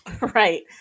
Right